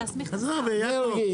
להסמיך את השר.